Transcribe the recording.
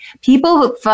People